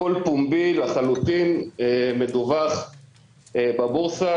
הכול פומבי לחלוטין, מדווח בבורסה.